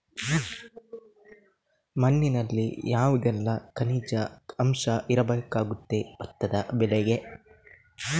ಮಣ್ಣಿನಲ್ಲಿ ಯಾವುದೆಲ್ಲ ಖನಿಜ ಅಂಶ ಇರಬೇಕಾಗುತ್ತದೆ ಭತ್ತದ ಬೆಳೆಗೆ?